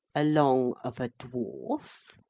along of a dwarf?